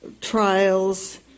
trials